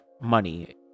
money